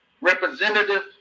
Representative